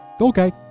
Okay